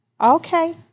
okay